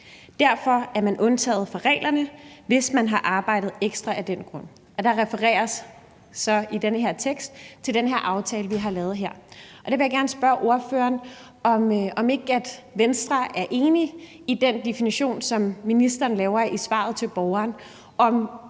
Derfor er man undtaget fra reglerne, hvis man har arbejdet ekstra af den grund. Der refereres i den her tekst til den her aftale, vi har lavet. Jeg vil gerne spørge ordføreren, om ikke Venstre er enig i den definition, som ministeren giver i svaret til borgeren, og